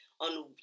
on